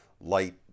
light